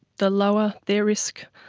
the lower their risk